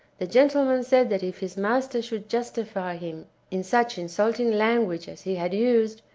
the gentleman said that if his master should justify him in such insulting language as he had used,